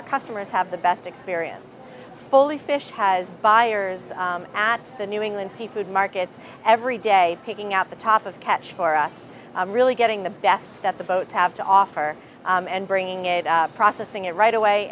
our customers have the best experience fully fish has buyers at the new england seafood markets every day picking out the top of the catch for us really getting the best that the boats have to offer and bringing it processing it right away